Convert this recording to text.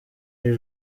iri